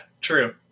true